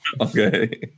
Okay